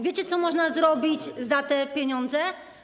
Wiecie co można zrobić za te pieniądze?